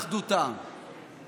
למען אחדות העם, לעבוד,